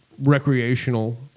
recreational